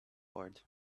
board